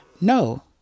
no